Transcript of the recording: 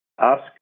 Ask